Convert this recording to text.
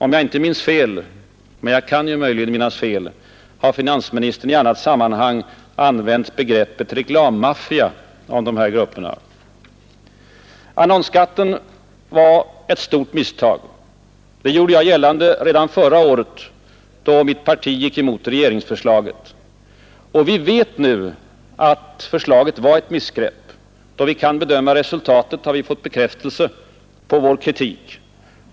Om jag inte minns fel — men jag kan ju möjligen minnas fel — har finansministern i ett annat sammanhang använt begreppet ”reklammaffia” om de här grupperna. Annonsskatten var ett stort misstag. Det gjorde jag gällande redan förra året, då mitt parti gick emot regeringsförslaget. Vi vet nu att förslaget var ett missgrepp. Då vi kan bedöma resultatet, har vi fått bekräftelse på vår kritik.